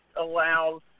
allows